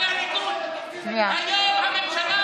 אינו נוכח יואב גלנט,